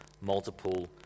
multiple